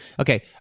Okay